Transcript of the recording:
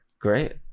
Great